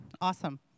Awesome